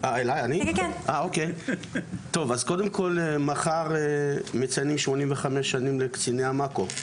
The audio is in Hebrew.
קודם כל מחר מציינים שמונים וחמש שנים לקציני ים עכו.